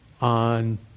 on